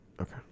okay